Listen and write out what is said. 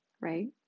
right